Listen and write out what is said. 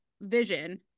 vision